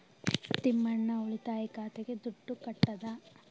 ತಿಮ್ಮಣ್ಣ ಉಳಿತಾಯ ಖಾತೆಗೆ ದುಡ್ಡು ಕಟ್ಟದ